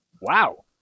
Wow